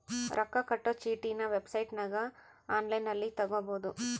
ರೊಕ್ಕ ಕಟ್ಟೊ ಚೀಟಿನ ವೆಬ್ಸೈಟನಗ ಒನ್ಲೈನ್ನಲ್ಲಿ ತಗಬೊದು